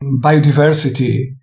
biodiversity